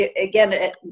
again